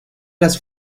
las